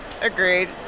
Agreed